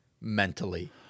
mentally